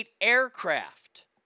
aircraft